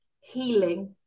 healing